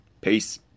Peace